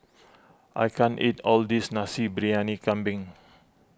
I can't eat all of this Nasi Briyani Kambing